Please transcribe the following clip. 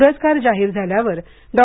पुरस्कार जाहीर झाल्यावर डॉ